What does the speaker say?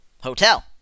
hotel